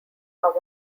are